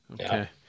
Okay